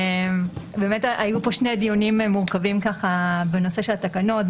באמת היו פה שני דיונים מורכבים בנושא של התקנות.